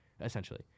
essentially